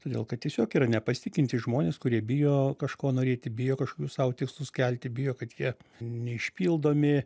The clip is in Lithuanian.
todėl kad tiesiog yra nepasitikintys žmonės kurie bijo kažko norėti bijo kažkokius sau tikslus kelti bijo kad jie neišpildomi